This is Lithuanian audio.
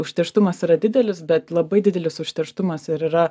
užterštumas yra didelis bet labai didelis užterštumas ir yra